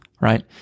right